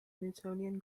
newtonian